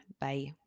Bye